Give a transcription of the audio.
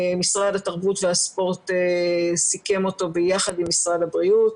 משרד התרבות והספורט סיכם אותו ביחד עם משרד הבריאות.